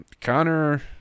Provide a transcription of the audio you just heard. Connor